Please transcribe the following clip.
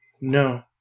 No